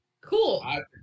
Cool